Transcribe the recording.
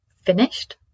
finished